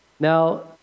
Now